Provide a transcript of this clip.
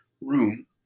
room